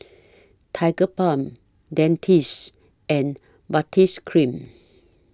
Tigerbalm Dentiste and Baritex Cream